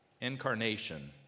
incarnation